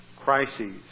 crises